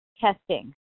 testing